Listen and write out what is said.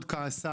לאשר.